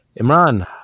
Imran